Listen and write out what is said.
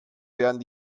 werden